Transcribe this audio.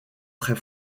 très